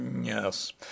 Yes